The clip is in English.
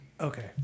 okay